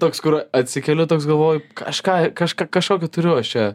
toks kur atsikeliu toks galvoju kažką kažk kažkokį turiu aš čia